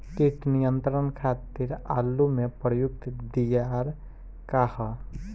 कीट नियंत्रण खातिर आलू में प्रयुक्त दियार का ह?